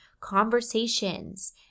conversations